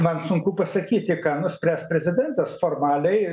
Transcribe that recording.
man sunku pasakyti ką nuspręs prezidentas formaliai